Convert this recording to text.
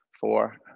four